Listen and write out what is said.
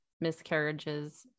miscarriages